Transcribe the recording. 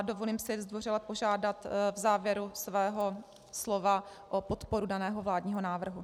Dovolím si zdvořile požádat v závěru svého slova o podporu daného vládního návrhu.